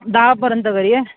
दहापर्यंत घरी आहे